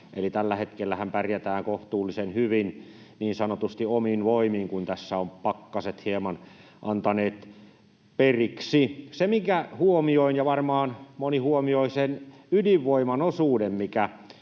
tällä hetkellähän pärjätään kohtuullisen hyvin niin sanotusti omin voimin, kun tässä ovat pakkaset hieman antaneet periksi. Se, minkä huomioin, ja varmaan moni huomioi, on sen ydinvoiman osuus, mikä